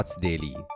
Daily